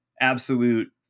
absolute